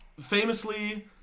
famously